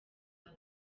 huye